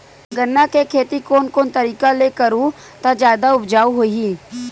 गन्ना के खेती कोन कोन तरीका ले करहु त जादा उपजाऊ होही?